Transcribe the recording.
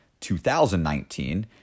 2019